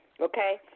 okay